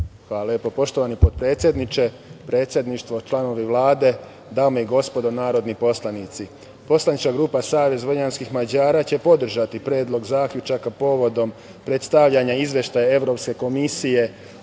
Hvala lepo. Poštovani potpredsedniče, predsedništvo, članovi Vlade, dame i gospodo narodni poslanici, poslanička grupa SVM će podržati Predlog zaključaka povodom predstavljanja Izveštaja Evropske komisije